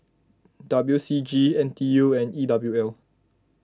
W C G N T U and E W L